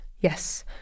Yes